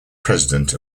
president